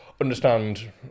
understand